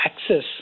access